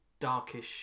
darkish